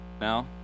Now